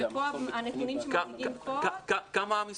כמה המספר?